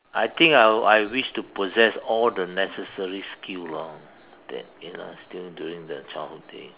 I think I'll I wish to possess all the necessary skill lor that you know still during the childhood day